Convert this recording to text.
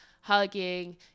hugging